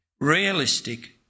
realistic